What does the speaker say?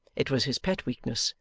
it was his pet weakness,